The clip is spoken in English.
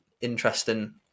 interesting